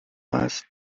هست